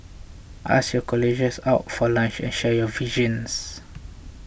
ask your colleagues out for lunch and share your visions